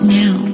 now